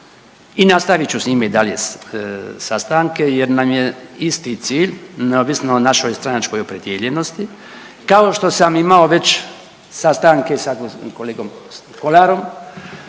i nastavit ću s njim i dalje sastanke jer nam je isti cilj neovisno o našoj stranačkoj opredijeljenosti, kao što sam imao već sastanke sa kolegom Kolarom,